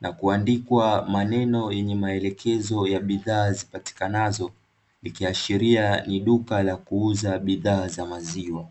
na kuandikwa maneno yenye maelekezo ya bidhaa zipatikanazo, likiashiria ni duka la kuuza bidhaa za maziwa.